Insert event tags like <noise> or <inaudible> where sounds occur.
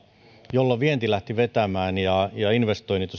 jolloin vienti lähti vetämään ja ja investoinnit <unintelligible>